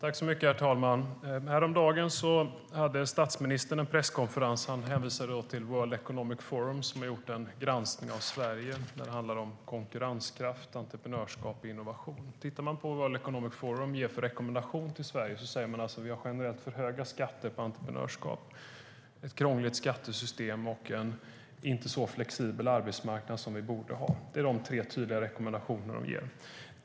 Herr talman! Häromdagen hade statsministern en presskonferens. Han hänvisade då till World Economic Forum, som gjort en granskning av Sverige. Den handlar om konkurrenskraft, entreprenörskap och innovation. Man kan titta på vad World Economic Forum ger för rekommendationer till Sverige. De säger alltså att vi har för höga skatter generellt på entreprenörskap, ett krångligt skattesystem och en inte så flexibel arbetsmarknad som vi borde ha. Det är de tre tydliga rekommendationer de ger.